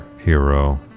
hero